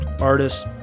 artists